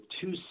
two